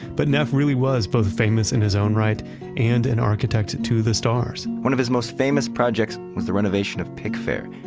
but neff really was both famous in his own right and an architect to the stars one of his most famous projects was the renovation of pickfair,